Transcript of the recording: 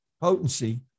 potency